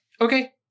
Okay